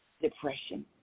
depression